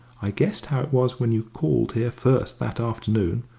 i guessed how it was when you called here first that afternoon.